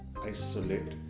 isolate